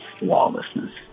lawlessness